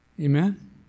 Amen